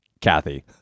Kathy